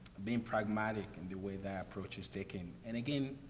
being pragmatic in the way that approach is taken. and again,